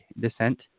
descent